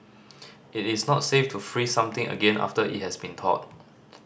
it is not safe to freeze something again after it has been thawed